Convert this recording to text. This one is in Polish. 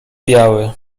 biały